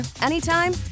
anytime